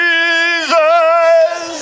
Jesus